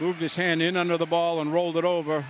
moved his hand in under the ball and rolled it over